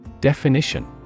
Definition